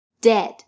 dead